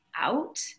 out